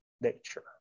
nature